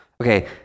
Okay